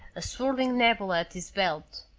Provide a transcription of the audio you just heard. a swirling nebula at his belt.